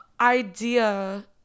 idea